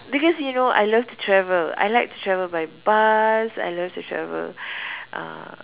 because you know I love to travel I like to travel by bus I love to travel uh